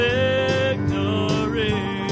victory